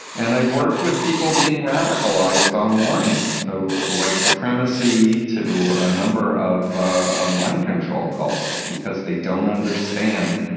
and i've worked with people being radicalized online, though, to white supremacy to a number of ah of mind control cults because they don't understand.